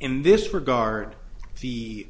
in this regard the